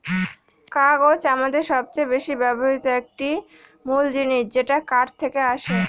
কাগজ আমাদের সবচেয়ে বেশি ব্যবহৃত একটি মূল জিনিস যেটা কাঠ থেকে আসে